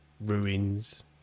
ruins